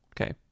Okay